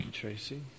Tracy